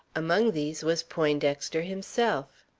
among these was poindexter himself,